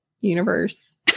universe